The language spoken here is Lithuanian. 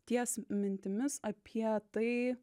ties mintimis apie tai